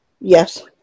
Yes